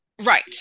right